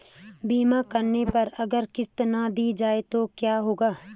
बीमा करने पर अगर किश्त ना दी जाये तो क्या होगा?